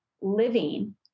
living